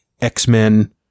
X-Men